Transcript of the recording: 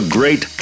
great